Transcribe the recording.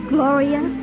Gloria